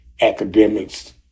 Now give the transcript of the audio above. academics